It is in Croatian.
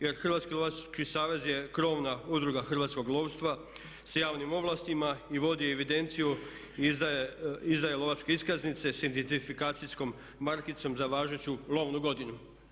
Jer Hrvatski lovački savez je krovna udruga hrvatskog lovstva sa javnim ovlastima i vodi evidenciju, izdaje lovačke iskaznice sa identifikacijom markicom za važeću lovnu godinu.